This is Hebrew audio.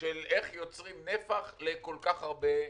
של איך יוצרים נפח לכל כך הרבה משרדים.